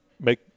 make